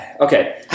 Okay